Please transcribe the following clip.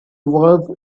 was